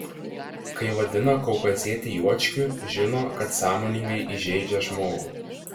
kai vadina kaukazietį juočkiu žino kad sąmoningai įžeidžia žmogų